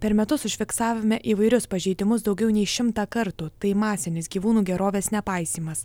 per metus užfiksavome įvairius pažeidimus daugiau nei šimtą kartų tai masinis gyvūnų gerovės nepaisymas